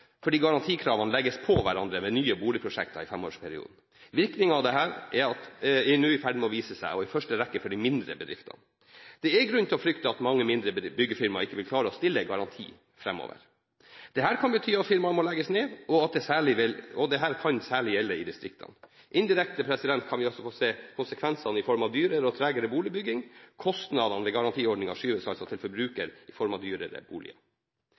fordi garantikravene legges på hverandre med nye boligprosjekter i femårsperioden. Virkningen av dette er nå i ferd med å vise seg – i første rekke for de mindre bedriftene. Det er grunn til å frykte at mange mindre byggefirmaer ikke vil klare å stille garantier framover. Dette kan bety at firmaer må legges ned, og dette kan særlig gjelde i distriktene. Indirekte kan vi også få se konsekvenser i form av dyrere og tregere boligbygging. Kostnadene ved garantiordningen skyves altså til forbruker i form av dyrere boliger.